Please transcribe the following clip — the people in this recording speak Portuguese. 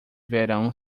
verão